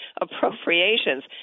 appropriations